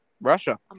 Russia